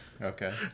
Okay